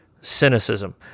cynicism